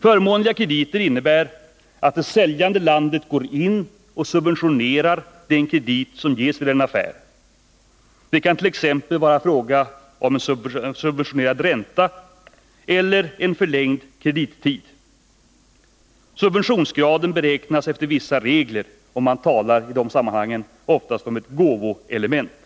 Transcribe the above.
Förmånliga krediter innebär att det säljande landet går in och subventionerar den kredit som ges vid en affär. Det kant.ex. vara fråga om subventionerad ränta eller en förlängd kredittid. Subventioneringsgraden beräknas efter vissa regler. Man talar i det sammanhanget oftast om ”gåvoelement”.